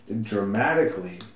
dramatically